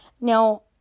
Now